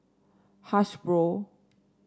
hasbro